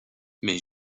mais